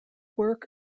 work